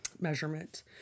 measurement